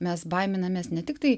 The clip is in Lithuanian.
mes baiminamės ne tiktai